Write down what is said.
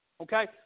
Okay